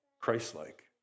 Christ-like